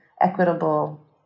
equitable